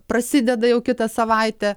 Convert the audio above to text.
prasideda jau kitą savaitę